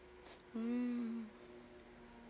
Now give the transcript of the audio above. mm